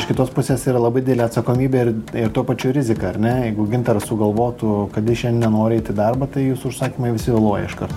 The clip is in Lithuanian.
iš kitos pusės yra labai didelė atsakomybė ir ir tuo pačiu rizika ar ne jeigu gintaras sugalvotų kad jis šiandien nenori eit į darbą tai jūsų užsakymai visi vėluoja iškart